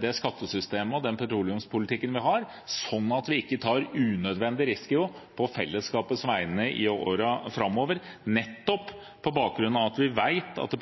det skattesystemet og den petroleumspolitikken vi har, sånn at vi ikke tar unødvendig risiko på fellesskapets vegne i årene framover, nettopp på bakgrunn av at vi vet at